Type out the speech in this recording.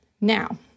Now